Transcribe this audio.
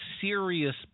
serious